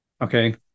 okay